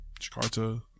Jakarta